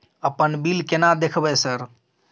अपन बिल केना देखबय सर?